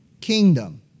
kingdom